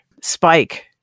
spike